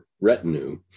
retinue